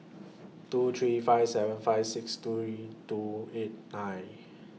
two three five seven five six three two eight nine